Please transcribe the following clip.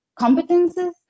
competences